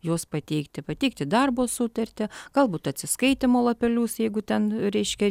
juos pateikti pateikti darbo sutartį galbūt atsiskaitymo lapelius jeigu ten reiškia